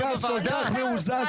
אופיר כץ כל כך מאוזן,